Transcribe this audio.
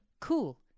cool